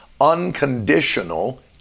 Unconditional